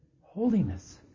holiness